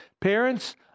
parents